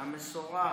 המסורה.